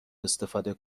استفاده